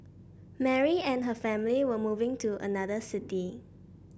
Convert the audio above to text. Mary and her family were moving to another city